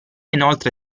inoltre